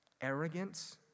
arrogance